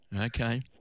Okay